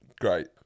great